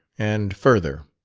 and further.